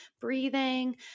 breathing